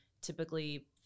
typically